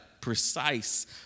precise